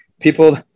people